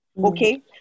Okay